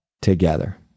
together